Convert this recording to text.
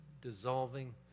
dissolving